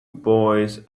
boys